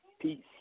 Peace